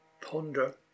ponder